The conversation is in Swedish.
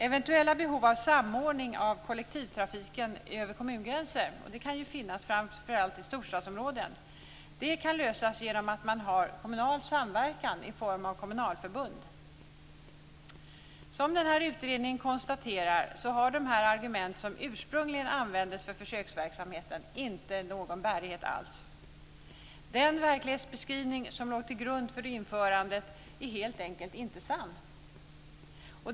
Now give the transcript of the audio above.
Eventuella behov av samordning av kollektivtrafiken över kommungränser - sådana kan ju finnas, framför allt i storstadsområden - kan lösas genom kommunal samverkan i form av kommunalförbund. Som utredningen konstaterar har de argument som ursprungligen användes för försöksverksamheten inte någon bärighet alls. Den verklighetsbeskrivning som låg till grund för införandet är helt enkelt inte sann.